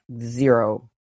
zero